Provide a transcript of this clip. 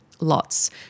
lots